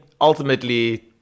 ultimately